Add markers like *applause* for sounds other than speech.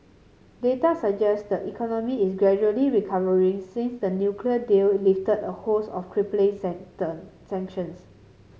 data suggest the economy is gradually recovering since the nuclear deal lifted a host of crippling *unintelligible* sanctions